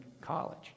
college